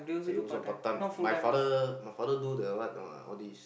they also part time my father my father do the what know all these